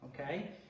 Okay